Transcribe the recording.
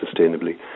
sustainably